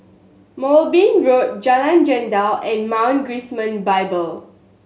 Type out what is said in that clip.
Moulmein Road Jalan Jendela and Mount Gerizim Bible